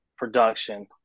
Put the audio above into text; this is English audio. production